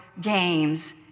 games